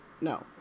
No